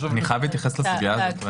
אני חייב להתייחס לסוגיה הזאת.